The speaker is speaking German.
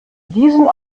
diesen